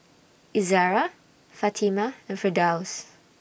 Izzara Fatimah and Firdaus